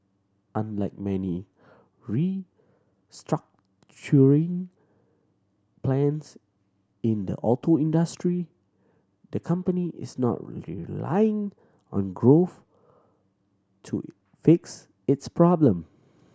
unlike many restructuring plans in the auto industry the company is not relying on growth to fix its problem